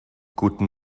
guten